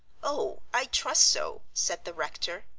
oh, i trust so, said the rector.